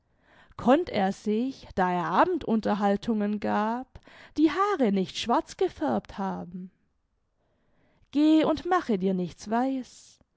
konnt er sich da er abendunterhaltungen gab die haare nicht schwarz gefärbt haben geh und mache dir nichts weiß